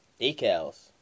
Decals